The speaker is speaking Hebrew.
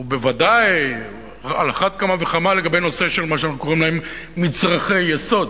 ועל אחת כמה וכמה בנושא של מה שאנחנו קוראים להם מצרכי יסוד.